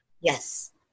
Yes